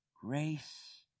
grace